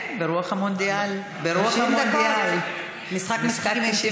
ברוח המונדיאל, 90 דקות משחק.